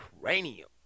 cranium